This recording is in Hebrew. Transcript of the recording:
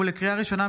לקריאה ראשונה,